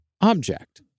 object